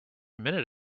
minute